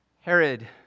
Herod